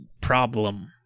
problem